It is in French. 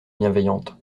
bienveillante